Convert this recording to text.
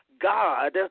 God